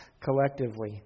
collectively